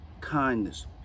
kindness